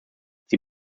sie